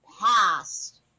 past